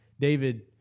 David